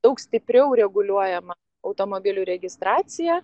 daug stipriau reguliuojama automobilių registracija